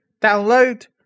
download